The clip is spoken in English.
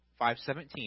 5.17